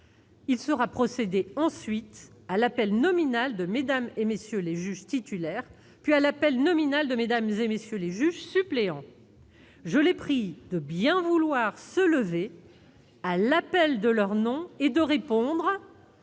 Il sera procédé ensuite à l'appel nominal de Mmes et MM. les juges titulaires, puis à l'appel nominal de Mmes et MM. les juges suppléants. Je les prie de bien vouloir se lever à l'appel de leur nom et de répondre,